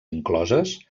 incloses